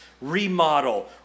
remodel